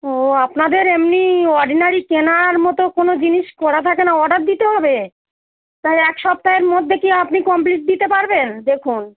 ও আপনাদের এমনি অর্ডিনারি কেনার মতো কোনো জিনিস করা থাকে না অর্ডার দিতে হবে তা এক সপ্তাহের মধ্যে কি আপনি কমপ্লিট দিতে পারবেন দেখুন